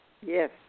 Yes